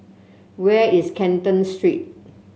where is Canton Street